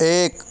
एक